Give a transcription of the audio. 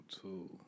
two